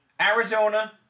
Arizona